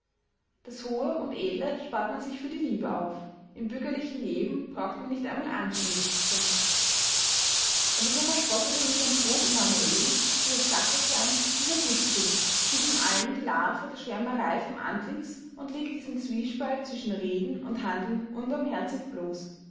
das hohe und edle spart man sich für die liebe auf im bürgerlichen leben braucht man nicht einmal anständig zu sein und dieser verspottete misanthrop emanuel dieses stachelschwein dieser giftpilz zieht ihnen allen die larve der schwärmerei vom antlitz und legt diesen zwiespalt zwischen reden und handeln unbarmherzig bloß